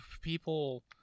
people